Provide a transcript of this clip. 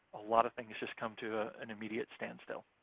a lot of things just come to ah an immediate standstill.